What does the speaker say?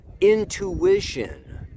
intuition